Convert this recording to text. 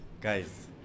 Guys